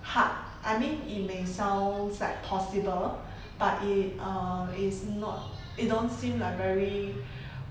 hard I mean it may sounds like possible but it err is not it don't seem like very